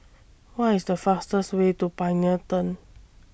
What IS The fastest Way to Pioneer Turn